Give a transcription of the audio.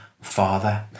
Father